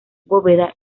bóveda